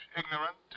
ignorant